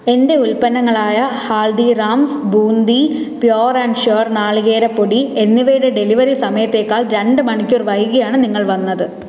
എന്റെ ഉൽപ്പന്നങ്ങളായ Haldiram's boondi pure and sure നാളികേരപ്പൊടി എന്നിവയുടെ ഡെലിവറി സമയത്തേക്കാൾ രണ്ട് മണിക്കൂർ വൈകിയാണ് നിങ്ങൾ വന്നത്